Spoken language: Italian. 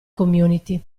community